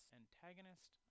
antagonist